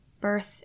birth